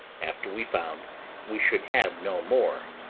after we found we should have no more.